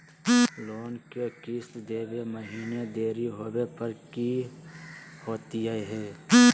Loan के किस्त देवे महिना देरी होवे पर की होतही हे?